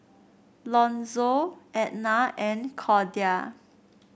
Lonzo Etna and Cordia